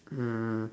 mm